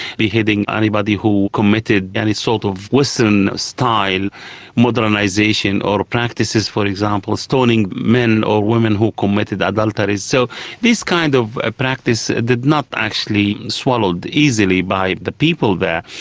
beheading anybody who committed any sort of western-style modernisation or practices, for example stoning men or women who committed adultery. so this kind of ah practice was not actually swallowed easily by the people there.